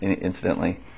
incidentally